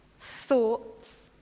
thoughts